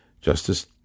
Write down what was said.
Justice